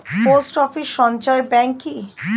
Post office সঞ্চয় bank কি?